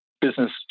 business